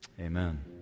Amen